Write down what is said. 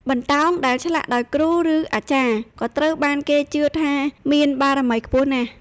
បន្តោងដែលឆ្លាក់ដោយគ្រូ ឬអាចារ្យក៏ត្រូវបានគេជឿថាមានបារមីខ្ពស់ណាស់។